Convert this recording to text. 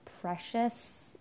precious